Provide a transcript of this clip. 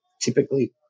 typically